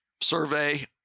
survey